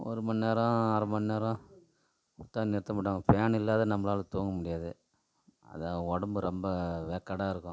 ஒரு மணிநேரம் அரை மணிநேரம் கொடுத்தா நிறுத்த மாட்டாங்க ஃபேன் இல்லாது நம்பளால் தூங்க முடியாது அதுதான் உடம்பு ரொம்ப வேக்காடாக இருக்கும்